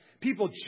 People